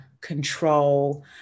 control